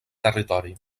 territori